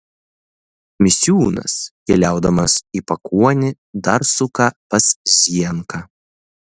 misiūnas keliaudamas į pakuonį dar suka pas zienką